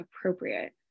appropriate